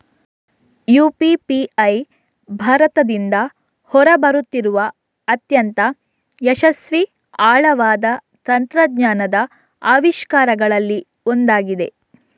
UPI ಭಾರತದಿಂದ ಹೊರ ಬರುತ್ತಿರುವ ಅತ್ಯಂತ ಯಶಸ್ವಿ ಆಳವಾದ ತಂತ್ರಜ್ಞಾನದ ಆವಿಷ್ಕಾರಗಳಲ್ಲಿ ಒಂದಾಗಿದೆ